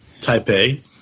Taipei